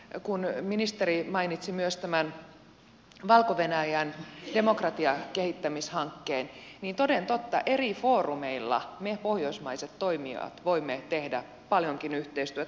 ja kun ministeri mainitsi myös tämän valko venäjän demokratian kehittämishankkeen niin toden totta eri foorumeilla me pohjoismaiset toimijat voimme tehdä paljonkin yhteistyötä